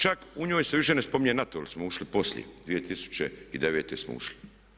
Čak u njoj se više ne spominje NATO jer smo ušli poslije, 2009. smo ušli.